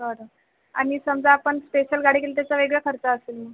बरं आणि समजा आपण स्पेशल गाडी केली त्याचा वेगळा खर्च असेल